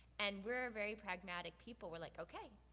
and we're a very pragmatic people. we're like, okay,